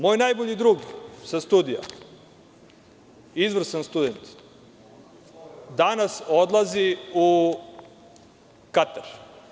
Moj najbolji drug sa studija, izvrstan student, danas odlazi u Katar.